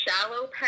shallow